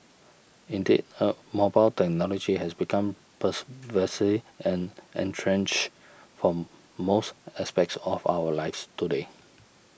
indeed a mobile technology has become persuasive and entrenched for most aspects of our lives today